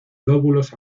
lóbulos